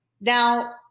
Now